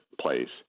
place